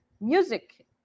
music